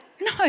No